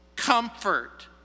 Comfort